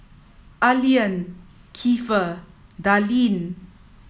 Allean Kiefer Darline